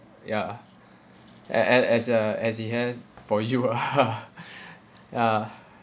ya and and as a as it had for you ah ya